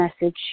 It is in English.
message